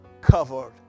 covered